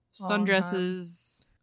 sundresses